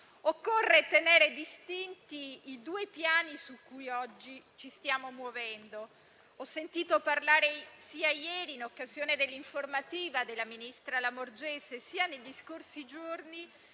Occorre tenere distinti i due piani su cui oggi ci stiamo muovendo. Ho sentito parlare sia ieri, in occasione dell'informativa della ministra Lamorgese, sia nei scorsi giorni,